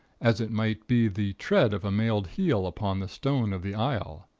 as it might be the tread of a mailed heel upon the stone of the aisle.